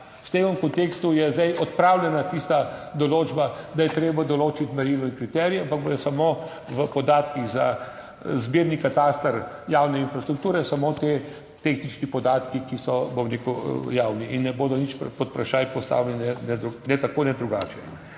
V tem kontekstu je zdaj odpravljena tista določba, da je treba določiti merila in kriterije, ampak bodo samo v podatkih za zbirni kataster javne infrastrukture samo ti tehnični podatki, ki so, bom rekel, javni in ne bodo nič pod vprašaj postavljeni, ne tako ne drugače.